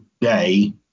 day